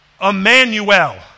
Emmanuel